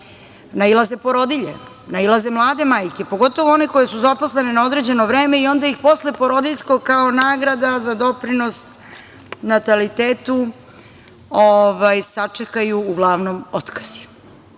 nailaze porodilje, nailaze mlade majke, pogotovo one koje su zaposlene na određeno vreme i onda ih posle porodiljskog kao nagrada za doprinos natalitetu sačekaju uglavnom otkazi.